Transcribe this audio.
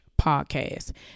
podcast